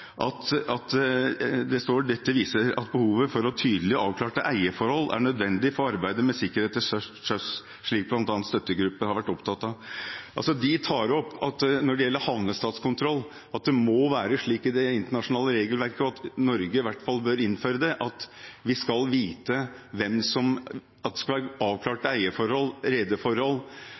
Det står: «Dette viser at behovet for tydelige og avklarte eierforhold er nødvendig for arbeidet med sikkerhet til sjøs, slik blant annet Støttegruppen har vært opptatt av.» De tar opp at når det gjelder havnestatskontroll, må det være slik i det internasjonale regelverket – Norge bør i hvert fall innføre det – at det skal være avklarte eierforhold, rederforhold og driftsforhold, at man skal vite hvem som